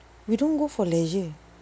we don't go for leisure